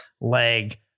leg